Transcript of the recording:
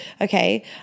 okay